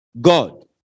God